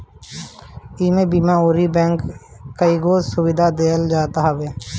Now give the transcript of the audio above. इमे बीमा अउरी बैंक के कईगो सुविधा देहल जात हवे